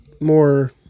more